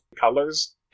colors